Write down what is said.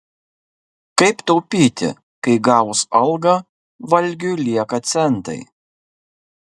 kaip taupyti kai gavus algą valgiui lieka centai